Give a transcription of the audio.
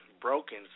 broken